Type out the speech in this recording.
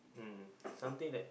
mm something that